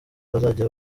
bazajya